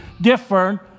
different